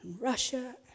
Russia